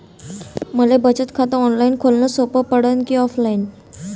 मले बचत खात ऑनलाईन खोलन सोपं पडन की ऑफलाईन?